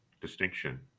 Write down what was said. distinction